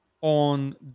on